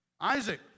Isaac